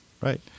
right